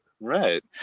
Right